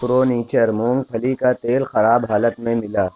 پرو nature مونگ پھلی کا تیل خراب حالت میں ملا